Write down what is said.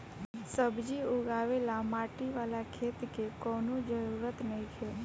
सब्जी उगावे ला माटी वाला खेत के कवनो जरूरत नइखे